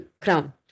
crown